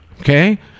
Okay